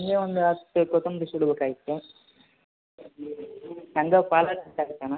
ಒಂದು ಹತ್ತು ಕೊತ್ತಂಬರಿ ಸುಡಿ ಬೇಕಾಗಿತ್ತು ಹಂಗೆ ಪಾಲಕ್ ತಗೊಳ್ತಾನ